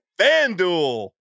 FanDuel